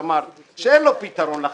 אמר שאין לו פתרון לחמאס,